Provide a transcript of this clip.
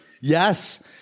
Yes